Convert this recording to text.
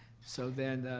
so then,